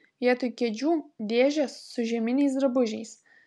vietoj kėdžių dėžės su žieminiais drabužiais